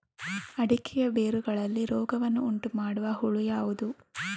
ಅಡಿಕೆಯ ಬೇರುಗಳಲ್ಲಿ ರೋಗವನ್ನು ಉಂಟುಮಾಡುವ ಹುಳು ಯಾವುದು?